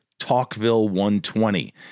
talkville120